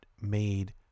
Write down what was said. made